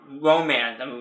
romance